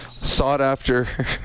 sought-after